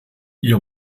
ihr